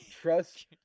Trust